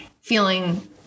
feeling